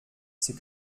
c’est